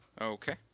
Okay